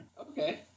Okay